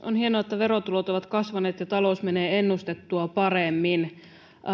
on hienoa että verotulot ovat kasvaneet ja talous menee ennustettua paremmin